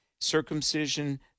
circumcision